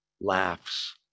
laughs